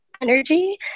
energy